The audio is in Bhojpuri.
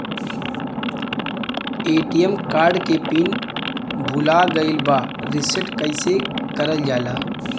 ए.टी.एम कार्ड के पिन भूला गइल बा रीसेट कईसे करल जाला?